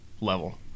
level